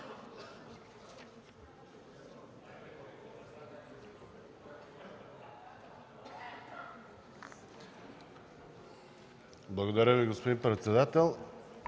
Благодаря Ви, господин председател.